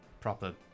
proper